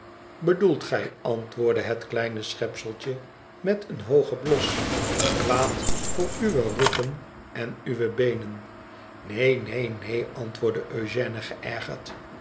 bedoelt gij antwoordde het kleine schepseltje met een hoogen blos kwaad voor uwe ruggen en uwe beenen neen neen neen antwoordde eugène geërgerd